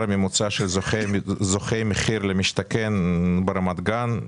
הממוצע של זוכי מחיר למשתכן ברמת גן,